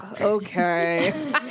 okay